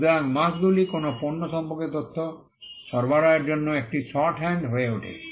সুতরাং মার্ক্স্ গুলি কোনও পণ্য সম্পর্কিত তথ্য সরবরাহের জন্য একটি শর্টহ্যান্ড হয়ে ওঠে